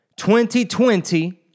2020